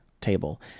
table